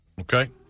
Okay